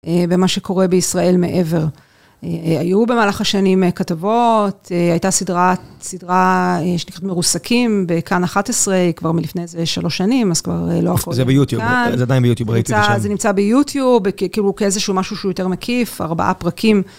במה שקורה בישראל מעבר. היו במהלך השנים כתבות, הייתה סדרה, סדרה שנקראת מרוסקים, בכאן 11, כבר מלפני איזה שלוש שנים, אז כבר לא הקוראים לזה בקאן. זה ביוטיוב, זה עדיין ביוטיוב ראיתי עכשיו. זה נמצא ביוטיוב, כאילו כאיזשהו משהו שהוא יותר מקיף, ארבעה פרקים.